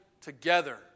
together